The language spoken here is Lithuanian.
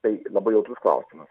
tai labai jautrus klausimas